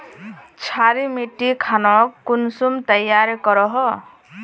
क्षारी मिट्टी खानोक कुंसम तैयार करोहो?